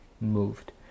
moved